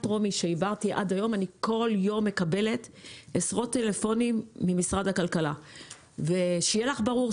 אני כל יום מקבלת עשרות טלפונים ממשרד הכלכלה ואומרים לי שיהיה לי ברור,